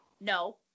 No